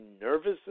nervous